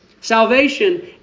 Salvation